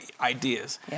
ideas